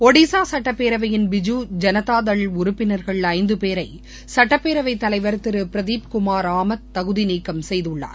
ஒடிஷா சட்டப்பேரவையின் பிஜு ஜனதாதள் உறுப்பினர்கள் ஐந்து பேரை சட்டப்பேரவை தலைவர் திரு பிரதீப்குமார் ஆமத் தகுதி நீக்கம் செய்துள்ளார்